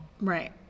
Right